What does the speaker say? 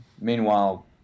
Meanwhile